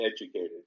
educated